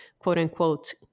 quote-unquote